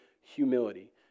humility